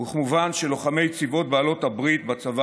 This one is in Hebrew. וכמובן של לוחמי צבאות בעלות הברית בצבא